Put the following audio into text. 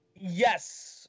yes